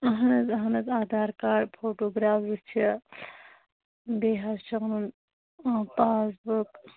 اہن حظ اہن حظ اَدہار کاڑ فوٹوٗ گرٛاف زٕ چھِ بٚییہِ حٲز چھُ اَنُن پاس بُک